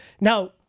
Now